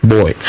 Boy